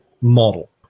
model